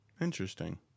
interesting